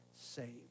saved